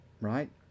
Right